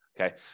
Okay